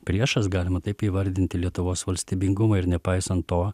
priešas galima taip įvardinti lietuvos valstybingumą ir nepaisant to